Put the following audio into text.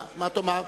מה תאמר?